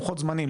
לוחות זמנים.